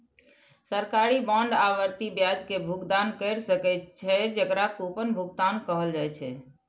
सरकारी बांड आवर्ती ब्याज के भुगतान कैर सकै छै, जेकरा कूपन भुगतान कहल जाइ छै